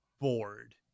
bored